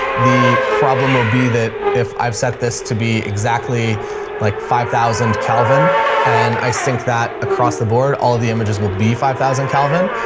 the problem will be that if i've set this to be exactly like five thousand calvin and i sync that across the board, all of the images will be five thousand calvin,